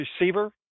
receiver